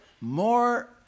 more